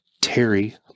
Terry